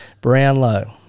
Brownlow